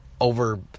over